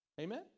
Amen